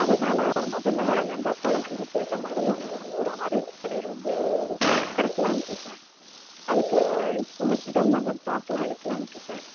அதனால் முதல்ல நம்ம குழந்தைங்களுக்கு ஏற்ற மாதிரியான ஒரு ஆரம்ப கடையை வந்து திறக்கலான்ட்டிருக்கேன் அதுக்கு உங்கள் கிட்டேயிருந்து தாங்க ஸ்டாக்கெலாம் எடுக்கலான்ட்டிருக்கேன்